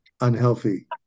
unhealthy